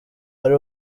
ari